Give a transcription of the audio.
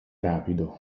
rapido